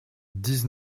dix